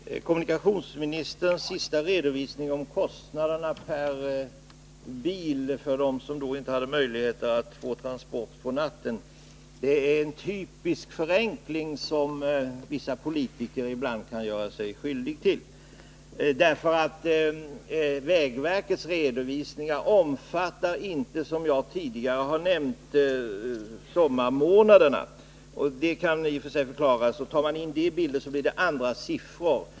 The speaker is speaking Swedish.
Herr talman! Kommunikationsministerns senaste redovisning av kostnaderna per bil för dem som inte har möjlighet att få färjetransport på natten är en typisk förenkling som vissa politiker ibland kan göra sig skyldiga till. Som jag tidigare har nämnt omfattar vägverkets redovisningar inte sommarmånaderna. Detta kan i och för sig förklaras, men tar man in dem i bilden blir det andra siffror.